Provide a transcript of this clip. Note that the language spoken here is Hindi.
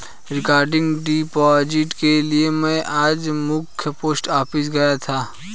रिकरिंग डिपॉजिट के लिए में आज मख्य पोस्ट ऑफिस गयी थी